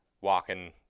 walking